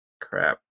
Crap